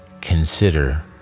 consider